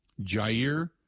Jair